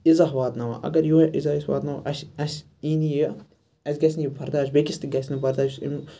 عزہ واتناوان اَگَر یُہے عزہ أسۍ واتناوو اَسہِ ایٖنہِ یہِ اَسہِ گَژھنہٕ یہِ بَرداش بیٚکِس تہٕ گَژھنہٕ بَرداش